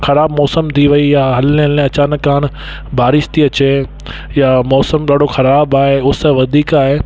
ख़राब मौसम थी वई आहे हलने हलने अचानक हाणे बारिश थी अचे या मौसम ॾाढो ख़राबु आहे उस वधीक आहे